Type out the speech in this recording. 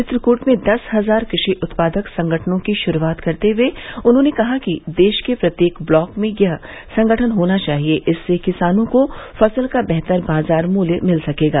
चित्रकूट में दस हजार कृषि उत्पादक संगठनों की शुरूआत करते हुए उन्होंने कहा कि देश के प्रत्येक ब्लाक में यह संगठन होना चाहिए इससे किसानों को फसल का बेहतर बाजार मूल्य मिल सकेगा